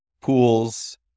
pools